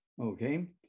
Okay